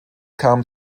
kam